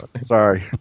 Sorry